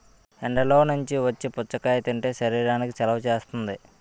ఎండల్లో నుంచి వచ్చి పుచ్చకాయ తింటే శరీరానికి చలవ చేస్తుంది